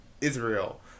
Israel